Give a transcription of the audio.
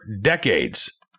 decades